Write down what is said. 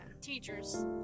teachers